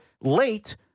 late